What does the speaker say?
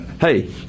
Hey